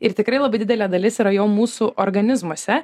ir tikrai labai didelė dalis yra jau mūsų organizmuose